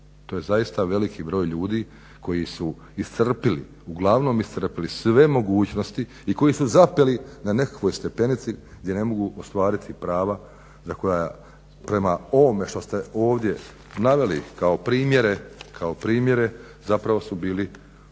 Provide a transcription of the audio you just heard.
To je zaista veliki broj ljudi koji su iscrpili, uglavnom iscrpili sve mogućnosti i koji su zapeli na nekakvoj stepenici gdje ne mogu ostvariti prava za koja prema ovome što ste ovdje naveli kao primjere zapravo su imali pravo na